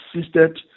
assisted